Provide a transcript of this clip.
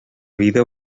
vida